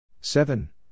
Seven